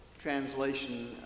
translation